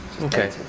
Okay